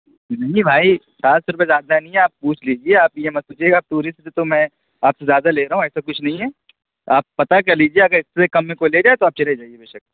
نہیں بھائی سات سو روپئے زیادہ نہیں ہے آپ پوچھ لیجیے آپ یہ مت سوچیے کہ آپ ٹورسٹ ہیں تو میں آپ سے زیادہ لے رہا ہوں ایسا کچھ نہیں ہے آپ پتہ کر لیجیے اگر اس سے کم میں کوئی لے جائے تو آپ چلے جائیے بےشک